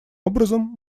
образом